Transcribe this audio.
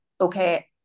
okay